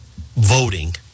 voting